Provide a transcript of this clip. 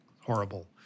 horrible